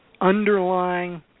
underlying